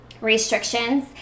restrictions